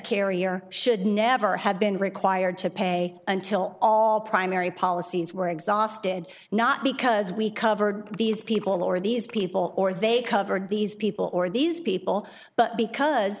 or should never have been required to pay until all primary policies were exhausted not because we covered these people or these people or they covered these people or these people but because